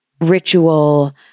ritual